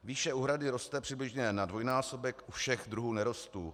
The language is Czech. Výše úhrady roste přibližně na dvojnásobek u všech druhů nerostů.